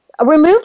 Remove